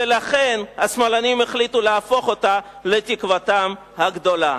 ולכן השמאלנים החליטו להפוך אותה לתקוותם הגדולה.